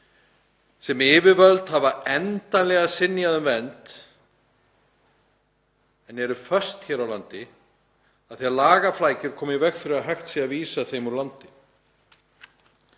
sem yfirvöld hafa endanlega synjað um vernd, er fast hér á landi af því að lagaflækjur koma í veg fyrir að hægt sé að vísa því úr landi.